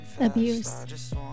abuse